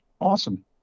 Awesome